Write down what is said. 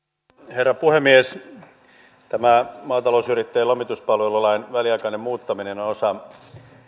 herra puhemies tämä maatalousyrittäjien lomituspalvelulain väliaikainen muuttaminen on osa